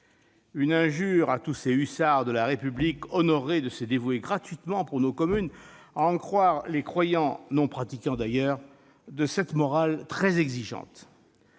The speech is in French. une injure à tous ces hussards de la République honorés de se dévouer gratuitement pour nos communes, à en croire les croyants, non pratiquants d'ailleurs, de cette morale très exigeante.